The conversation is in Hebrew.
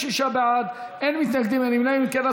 נאפשר ליהודה גליק לעשות את זה בסיום ההצבעה.